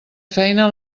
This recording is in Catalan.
feina